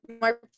more